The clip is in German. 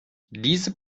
diese